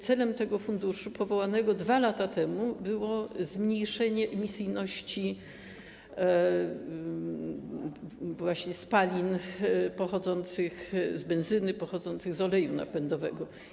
Celem tego funduszu powołanego 2 lata temu było zmniejszenie emisyjności właśnie spalin pochodzących z benzyny, pochodzących z oleju napędowego.